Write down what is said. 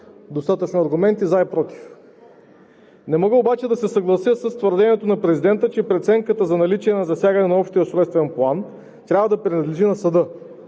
достатъчно аргументи „за“ и „против“. Не мога обаче да се съглася с твърдението на президента, че преценката за наличие на засягане на Общия устройствен план трябва да принадлежи на съда.